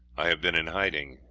i have been in hiding,